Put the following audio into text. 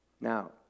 Now